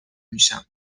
میشم